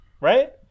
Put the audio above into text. Right